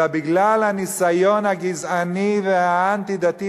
אלא בגלל הניסיון הגזעני והאנטי-דתי,